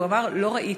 והוא אמר: לא ראיתי.